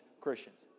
Christians